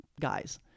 guys